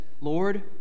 Lord